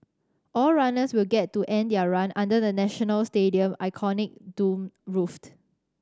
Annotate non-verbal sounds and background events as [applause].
all runners will get to end their run under the National Stadium iconic domed roof [unintelligible]